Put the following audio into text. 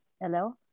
Hello